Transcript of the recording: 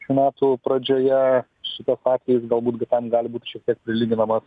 šių metų pradžioje šitas atvejis galbūt gi tam gali būt šiek tiek prilyginamas